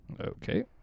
Okay